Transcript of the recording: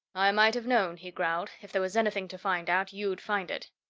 i might have known, he growled, if there was anything to find out, you'd find it.